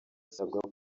isabwa